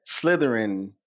Slytherin